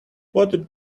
what